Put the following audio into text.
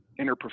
interprofessional